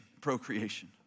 procreation